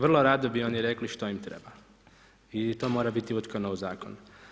Vrlo rado bi oni rekli što im treba i to mora biti utkano u zakon.